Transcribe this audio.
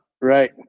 right